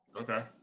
Okay